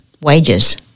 wages